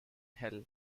hell